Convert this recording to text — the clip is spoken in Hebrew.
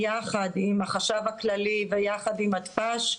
יחד עם החדש הכללי ויחד עם מתפ"ש,